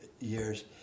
years